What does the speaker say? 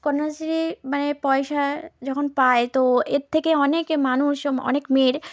কন্যাশ্রী মানে পয়সা যখন পায় তো এর থেকে অনেকে মানুষ অনেক মেয়ের